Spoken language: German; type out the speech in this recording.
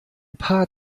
paar